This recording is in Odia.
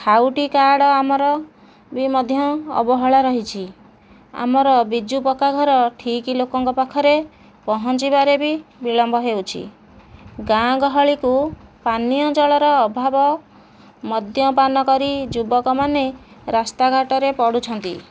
ଖାଉଟି କାର୍ଡ଼ ଆମର ବି ମଧ୍ୟ ଅବହେଳା ରହିଛି ଆମର ବିଜୁ ପକ୍କାଘର ଠିକ ଲୋକଙ୍କ ପାଖରେ ପହଞ୍ଚିବାରେ ବି ବିଳମ୍ବ ହେଉଛି ଗାଁ ଗହଳିକୁ ପାନୀୟଜଳର ଅଭାବ ମଦ୍ୟପାନ କରି ଯୁବକମାନେ ରାସ୍ତାଘାଟରେ ପଡ଼ୁଛନ୍ତି